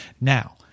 Now